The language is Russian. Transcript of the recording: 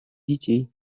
детей